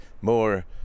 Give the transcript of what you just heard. more